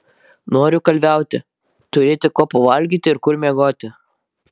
noriu kalviauti turėti ko pavalgyti ir kur miegoti